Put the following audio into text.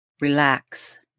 Relax